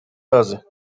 razy